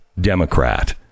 Democrat